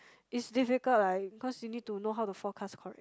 it's difficult like because you need to know how to forecast correctly